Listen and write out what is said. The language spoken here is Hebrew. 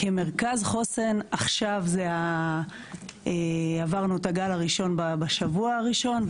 כמרכז חוסן עכשיו זה עברנו את הגל הראשון בשבוע הראשון.